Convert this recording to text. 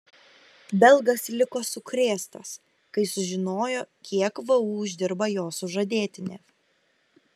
belgas liko sukrėstas kai sužinojo kiek vu uždirba jo sužadėtinė